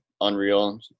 unreal